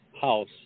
House